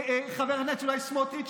חבר הכנסת סמוטריץ',